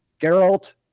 Geralt